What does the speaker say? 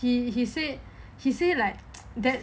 he said he say like that